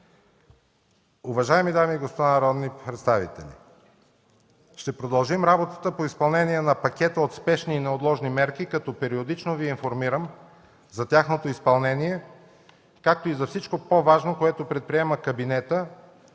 Уважаеми дами и господа народни представители, ще продължим работата по изпълнение на пакета от спешни и неотложни мерки, като периодично ще Ви информирам за тяхното изпълнение, както и за всичко по-важно, което предприема кабинетът